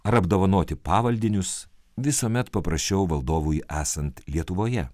ar apdovanoti pavaldinius visuomet paprasčiau valdovui esant lietuvoje